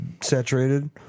saturated